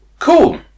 Cool